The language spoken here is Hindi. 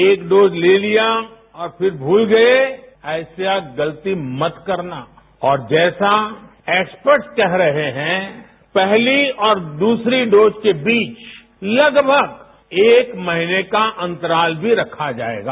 एक डोज ले लिया और फिर भूल गए ऐसी गलती मत करना और जैसा एक्सपर्टस कह रहे हैं पहली और दूसरी डोज के बीच लगभग एक महीने का अंतराल भी रखा जाएगा